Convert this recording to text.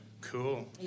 cool